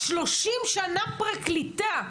אבל, אביגיל, 30 שנה פרקליטה.